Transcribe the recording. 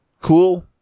cool